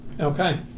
okay